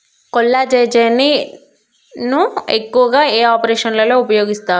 కొల్లాజెజేని ను ఎక్కువగా ఏ ఆపరేషన్లలో ఉపయోగిస్తారు?